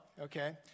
okay